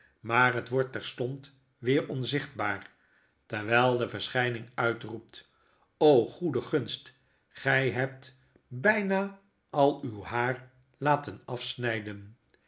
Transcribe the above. maar het wordt terstond wer onzichtbaar terwyl de verschyning uitroept o goede gunst gij hebt byna al uw haar laten afsnyden